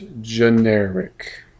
generic